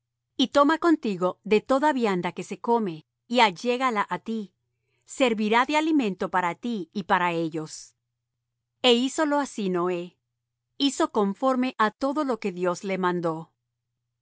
y toma contigo de toda vianda que se come y allégala á ti servirá de alimento para ti y para ellos e hízolo así noé hizo conforme á todo lo que dios le mandó